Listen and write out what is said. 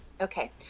Okay